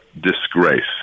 disgrace